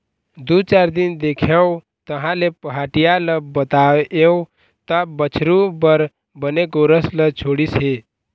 दू चार दिन देखेंव तहाँले पहाटिया ल बताएंव तब बछरू बर बने गोरस ल छोड़िस हे